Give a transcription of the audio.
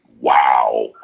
wow